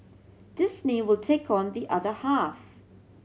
Disney will take on the other half